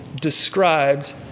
described